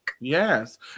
Yes